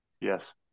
Yes